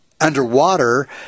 underwater